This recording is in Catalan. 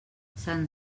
sant